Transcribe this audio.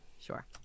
Sure